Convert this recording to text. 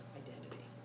identity